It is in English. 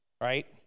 right